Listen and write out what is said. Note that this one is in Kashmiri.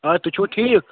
آ تُہۍ چھِوٕ ٹھیٖک